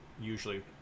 usually